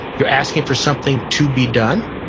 you're asking for something to be done.